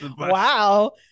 wow